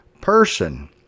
person